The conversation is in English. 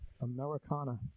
Americana